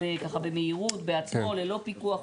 גם פה דיברנו על זה שאי אפשר להשית אחריות על מי שלא ביצע,